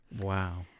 Wow